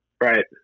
Right